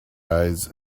eyes